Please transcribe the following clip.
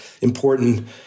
important